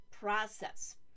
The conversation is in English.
Process